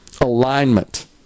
alignment